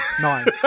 Nine